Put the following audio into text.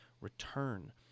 return